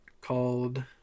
called